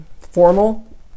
formal